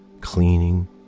cleaning